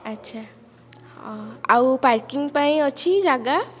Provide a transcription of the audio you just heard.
ଆଚ୍ଛା ଆଉ ପାର୍କିଙ୍ଗ ପାଇଁ ଅଛି ଯାଗା